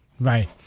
right